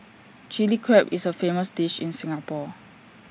Chilli Crab is A famous dish in Singapore